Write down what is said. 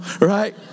right